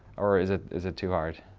or is it is it too hard?